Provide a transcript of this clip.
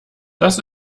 das